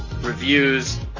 reviews